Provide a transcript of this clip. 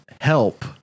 help